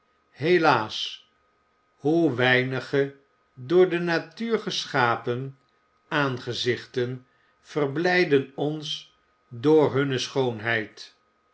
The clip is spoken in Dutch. helaas hoe weinige door de natuur geschapen aangezichten verblijden ons door hunne schoonheid